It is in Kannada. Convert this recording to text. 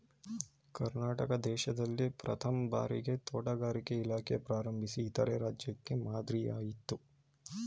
ಕರ್ನಾಟಕ ದೇಶ್ದಲ್ಲೇ ಪ್ರಥಮ್ ಭಾರಿಗೆ ತೋಟಗಾರಿಕೆ ಇಲಾಖೆ ಪ್ರಾರಂಭಿಸಿ ಇತರೆ ರಾಜ್ಯಕ್ಕೆ ಮಾದ್ರಿಯಾಯ್ತು